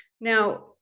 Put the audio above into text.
now